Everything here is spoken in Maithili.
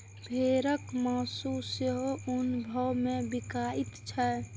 भेड़क मासु सेहो ऊंच भाव मे बिकाइत छै